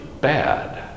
bad